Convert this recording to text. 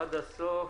עד הסוף,